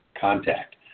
contact